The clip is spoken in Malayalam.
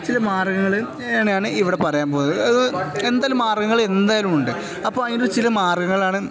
ചില മാർഗ്ഗങ്ങളാണ് തന്നെയാണ് ഇവിടെ പറയാൻ പോകുന്നത് അത് എന്തെങ്കിലും മാർഗ്ഗങ്ങള് എന്തായാലുമുണ്ട് അപ്പോള് അതിന്റെ ചില മാർഗ്ഗങ്ങളാണ്